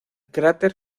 cráter